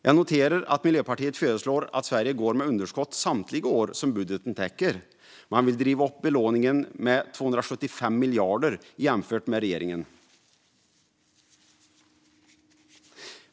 Jag noterar att Miljöpartiet föreslår att Sverige ska gå med underskott samtliga år som budgeten täcker. Man vill driva upp belåningen med 275 miljarder jämfört med regeringen.